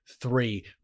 three